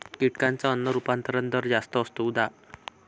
कीटकांचा अन्न रूपांतरण दर जास्त असतो, उदा